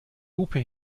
lupe